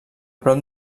prop